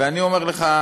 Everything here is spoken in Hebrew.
ואני אומר לך,